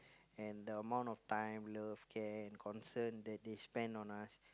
and the amount of time love care and concern that they spend on us